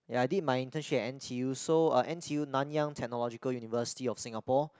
ya I did my internship at N_T_U so uh N_T_U Nanyang Technological University of Singapore